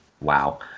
Wow